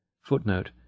Footnote